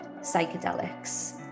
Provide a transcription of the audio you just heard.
psychedelics